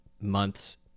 months